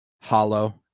hollow